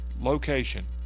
location